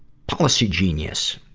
policygenius.